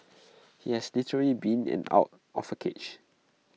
he has literally been in and out of A cage